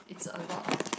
it's a lot of